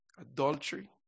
Adultery